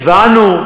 תאמין לי,